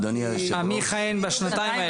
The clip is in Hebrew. אה, מי יכהן בשנתיים האלה.